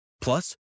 Plus